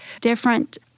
different